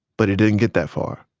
but he didn't get that far.